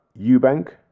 Eubank